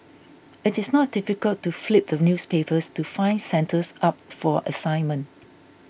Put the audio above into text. it is not difficult to flip the newspapers to find centres up for assignment